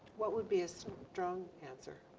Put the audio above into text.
what would be a strong answer?